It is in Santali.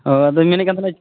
ᱚᱻ ᱟᱫᱚᱧ ᱢᱮᱱᱮᱫ ᱠᱟᱱ ᱛᱟᱦᱮᱱᱟ